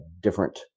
different